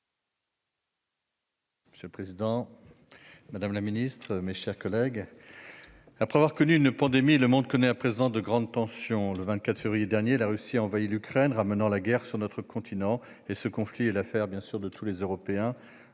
Monsieur le président, madame la ministre, mes chers collègues, après avoir connu une pandémie, le monde connaît à présent de grandes tensions. Le 24 février dernier, la Russie a envahi l'Ukraine, ramenant la guerre sur notre continent. Ce conflit est l'affaire de tous les Européens.